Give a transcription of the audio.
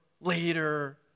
later